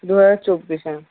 দুহাজার চব্বিশ হ্যাঁ